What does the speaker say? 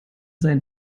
sein